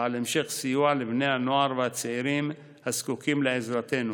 ועל המשך סיוע לבני הנוער והצעירים הזקוקים לעזרתנו.